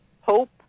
hope